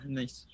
nice